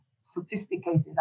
sophisticated